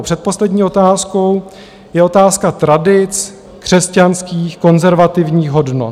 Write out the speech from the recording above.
Předposlední otázkou je otázka tradic křesťanských konzervativních hodnot.